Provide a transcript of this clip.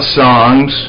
songs